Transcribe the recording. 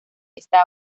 está